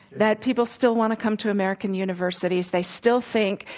that people still want to come to american universities. they still think,